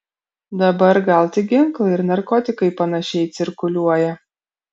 dabar gal tik ginklai ir narkotikai panašiai cirkuliuoja